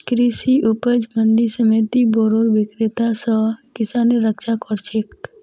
कृषि उपज मंडी समिति बोरो विक्रेता स किसानेर रक्षा कर छेक